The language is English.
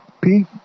Pete